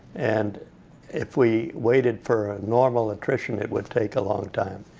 and if we waited for normal attrition, it would take a long time.